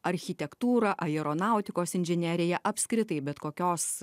architektūrą aeronautikos inžineriją apskritai bet kokios